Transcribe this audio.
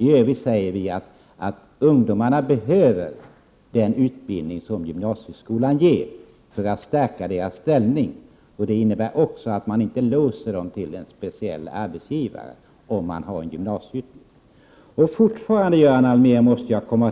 I övrigt anser vi att ungdomarna behöver den utbildning som ges inom gymnasieskolan för att stärka sin ställning. Om man har en gymnasieutbildning blir man inte heller låst till en speciell arbetsgivare. Göran Allmér talar om